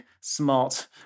smart